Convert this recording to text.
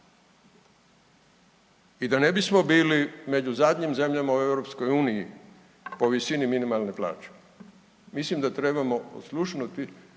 i da ne bismo bili među zadnjim zemljama u EU po visini minimalne plaće mislim da trebamo oslušnuti